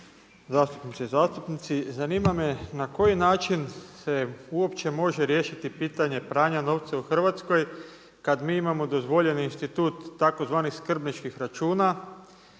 zastupnice i zastupnici. Zanima me na koji način se uopće može riješiti pitanje pranja novca u Hrvatskoj kada mi imamo dozvoljeni institut tzv. skrbničkih računa.